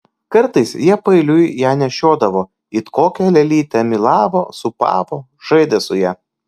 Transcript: kartais jie paeiliui ją nešiodavo it kokią lėlytę mylavo sūpavo žaidė su ja